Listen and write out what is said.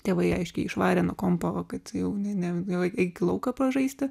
tėvai aiškiai išvarė nuo kompo va kad jau ne ne eik į lauką pažaisti